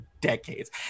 decades